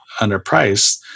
underpriced